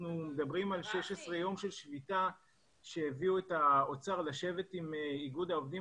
אנחנו מדברים על 16 יום של שביתה שהביאו את האוצר לשבת עם איגוד העובדים